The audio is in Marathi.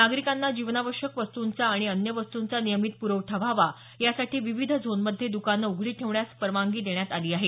नागरिकांना जीवनावश्यक वस्तुंचा आणि अन्य वस्तुंचा नियमित प्रवठा व्हावा यासाठी विविध झोनमध्ये दकानं उघडी ठेवण्यास परवानगी देण्यात आली आहे